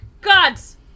gods